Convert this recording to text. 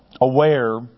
aware